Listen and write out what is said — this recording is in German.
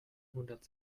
hundert